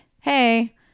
hey